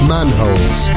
Manholes